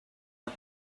but